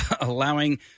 allowing